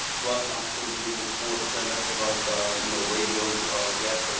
plus i'm still doing sportscenter, plus so you know radio guests,